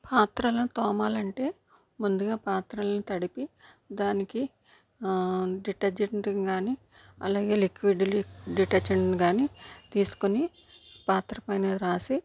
పాత్రలను తోమాలి అంటే ముందుగా పాత్రలను తడిపి దానికి డిటర్జెంట్ని కానీ అలాగే లిక్విడిలి డిటర్జెంట్ని కానీ తీసుకోని పాత్ర పైన రాసి